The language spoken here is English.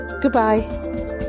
Goodbye